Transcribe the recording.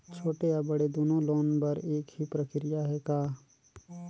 छोटे या बड़े दुनो लोन बर एक ही प्रक्रिया है का?